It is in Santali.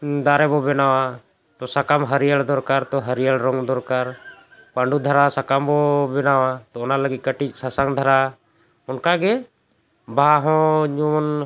ᱫᱟᱨᱮ ᱵᱚ ᱵᱮᱱᱟᱣᱟ ᱛᱚ ᱥᱟᱠᱟᱢ ᱦᱟᱹᱨᱭᱟᱹᱲ ᱫᱚᱨᱠᱟᱨ ᱛᱚ ᱦᱟᱹᱨᱭᱟᱹᱲ ᱨᱚᱝ ᱫᱚᱨᱠᱟᱨ ᱯᱟᱸᱰᱩ ᱫᱷᱟᱨᱟ ᱥᱟᱠᱟᱢ ᱵᱚ ᱵᱮᱱᱟᱣᱟ ᱛᱚ ᱚᱱᱟ ᱞᱟᱹᱜᱤᱫ ᱠᱟᱹᱴᱤᱡ ᱥᱟᱥᱟᱝ ᱫᱷᱟᱨᱟ ᱚᱱᱠᱟ ᱜᱮ ᱵᱟᱦᱟ ᱦᱚᱸ ᱡᱮᱢᱚᱱ